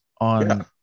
on